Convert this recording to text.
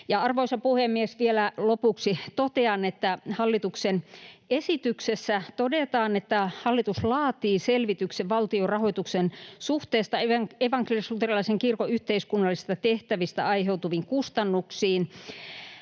Arvoisa puhemies! Vielä lopuksi totean, että hallituksen esityksessä todetaan, että hallitus laatii selvityksen valtionrahoituksen suhteesta evankelis-luterilaisen kirkon yhteiskunnallisista tehtävistä aiheutuviin kustannuksiin.